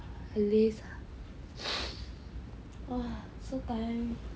很 laze lah !wah! so tiring